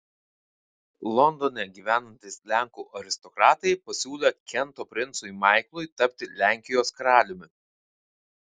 londone gyvenantys lenkų aristokratai pasiūlė kento princui maiklui tapti lenkijos karaliumi